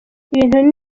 ibintu